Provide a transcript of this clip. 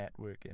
networking